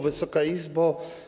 Wysoka Izbo!